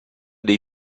dei